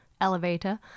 elevator